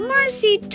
Mercy